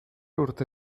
urte